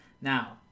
Now